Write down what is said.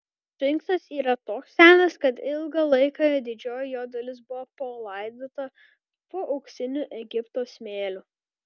sfinksas yra toks senas kad ilgą laiką didžioji jo dalis buvo palaidota po auksiniu egipto smėliu